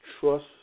trust